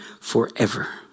forever